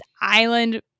island